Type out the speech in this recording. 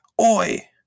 oi